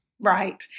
Right